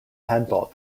handball